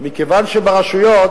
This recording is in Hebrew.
מכיוון שברשויות